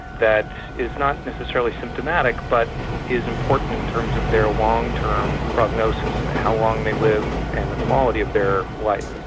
that is not necessarily symptomatic but is important in terms of their long-term prognosis and how long they live and the quality of their life.